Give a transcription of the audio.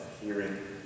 hearing